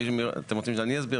אתם רוצם שאני אסביר?